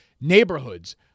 neighborhoods